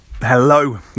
Hello